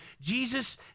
Jesus